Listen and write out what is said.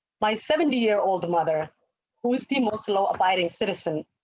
my seventy year-old mother who is the most law abiding citizen.